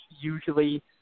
usually